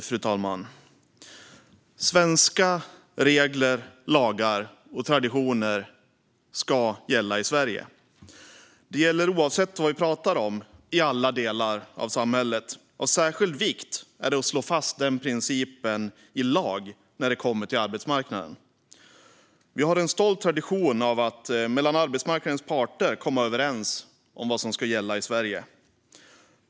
Fru talman! Svenska regler, lagar och traditioner ska gälla i Sverige. Detta gäller oavsett vad vi pratar om, i alla delar av samhället. Av särskild vikt är det att slå fast denna princip i lag när det kommer till arbetsmarknaden. Vi har en stolt tradition av att arbetsmarknadens parter sinsemellan kommer överens om vad som ska gälla i Sverige.